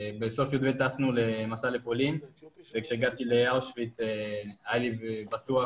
אומר שכל השנה הוא מטפל בעולים והם לא מציינים את זה ביום מיוחד.